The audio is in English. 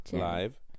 Live